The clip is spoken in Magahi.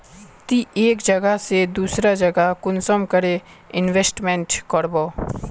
ती एक जगह से दूसरा जगह कुंसम करे इन्वेस्टमेंट करबो?